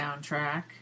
Soundtrack